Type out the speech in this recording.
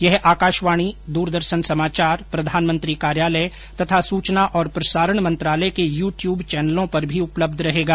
यह आकाशवाणी दूरदर्शन समाचार प्रधानमंत्री कार्यालय तथा सूचना और प्रसारण मंत्रालय के यूट्यूब चैनलों पर भी उपलब्ध रहेगा